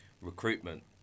recruitment